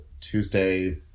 Tuesday